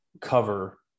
cover